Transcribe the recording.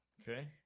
Okay